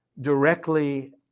directly